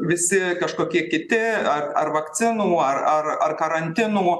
visi kažkokie kiti ar ar vakcinų ar ar ar karantinų